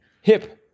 Hip